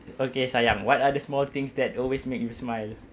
okay sayang what are the small things that always make me smile